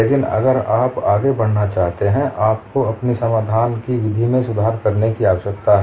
लेकिन अगर आप आगे बढ़ना चाहते हैं आपको अपनी समाधान की विधि में सुधार करने की आवश्यकता है